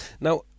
Now